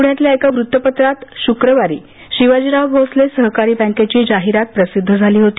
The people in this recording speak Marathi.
पुण्यातल्या एका वृत्तपत्रात शुक्रवारी शिवाजीराव भोसले सहकारी बँकेची जाहिरात प्रसिद्ध झाली होती